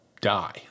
die